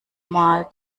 mal